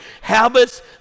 habits